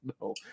No